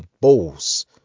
balls